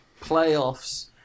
playoffs